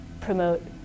promote